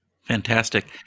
Fantastic